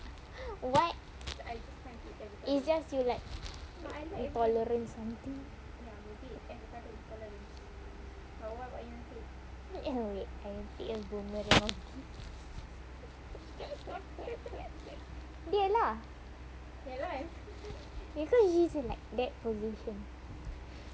what it's just you like intolerant something I taking boomerang dia lah because you sit in like that position